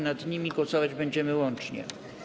Nad nimi głosować będziemy łącznie.